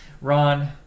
Ron